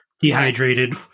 dehydrated